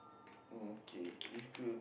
okay is clue